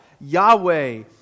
Yahweh